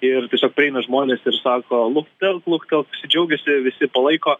ir tiesiog prieina žmonės ir sako luktelk luktelk visi džiaugiasi visi palaiko